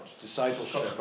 Discipleship